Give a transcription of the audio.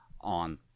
on